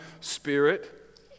Spirit